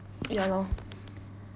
ya lor